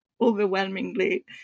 overwhelmingly